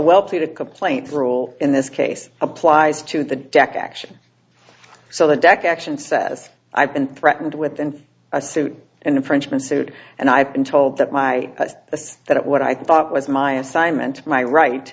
wealthy the complaint rule in this case applies to the deck action so the deck action says i've been threatened with and a suit and infringement suit and i've been told that my isp that what i thought was my assignment my right